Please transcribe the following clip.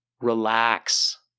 relax